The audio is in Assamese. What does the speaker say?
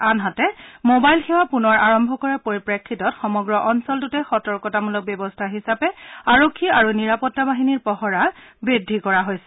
আনহাতে মোবাইল সেৱা পূনৰ আৰম্ভ কৰাৰ পৰিপ্ৰেক্ষিতত সমগ্ৰ অঞ্চলটোতে সতৰ্কতামূলক ব্যৱস্থা হিচাপে আৰক্ষী আৰু নিৰাপত্তা বাহিনীৰ পহৰা বৃদ্ধি কৰা হৈছে